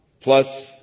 plus